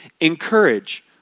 encourage